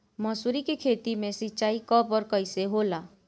मसुरी के खेती में सिंचाई कब और कैसे होला?